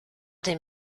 des